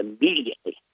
immediately